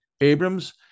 Abrams